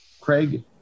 craig